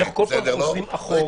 אנחנו כל הזמן חוזרים אחורה.